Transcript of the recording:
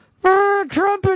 trumpet